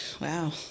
wow